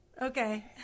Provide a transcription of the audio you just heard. Okay